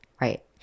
Right